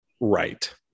Right